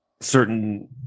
certain